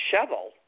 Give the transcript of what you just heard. shovel